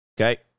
Okay